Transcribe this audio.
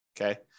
Okay